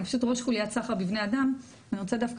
אני ראש חוליית סחר בבני אדם ואני רוצה דווקא